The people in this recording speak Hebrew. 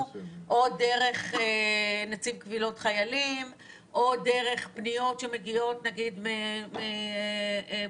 או דרך נציב קבילות חיילים או דרך פניות שמגיעות נניח על ידי